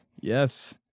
Yes